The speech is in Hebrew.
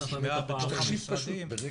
בניגוד לעמדה שונה שהושמעה בתוך במשרדים --- פינדרוס,